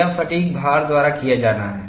यह फ़ैटिग् भार द्वारा किया जाना है